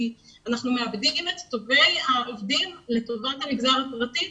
אנחנו מאבדים את טובי העובדים לטובת המגזר הפרטי.